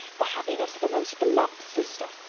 the happiness of a most beloved sister?